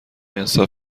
انصاف